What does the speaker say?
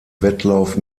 wettlauf